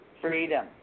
freedom